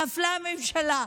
נפלה הממשלה.